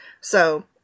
So-